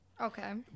Okay